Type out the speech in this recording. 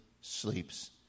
sleeps